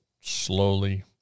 slowly